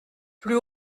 plus